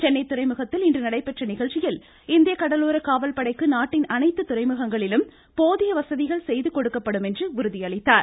சென்னை துறைமுகத்தில் இன்று நடைபெற்ற இந்நிகழ்ச்சியில் இந்திய கடலோர காவல்படைக்கு நாட்டின் அனைத்து துறைமுகங்களிலும் போதிய வசதிகள் செய்துகொடுக்கப்படும் என்று உறுதியளித்தார்